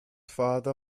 father